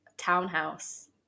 townhouse